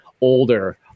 older